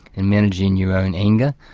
and managing your own anger,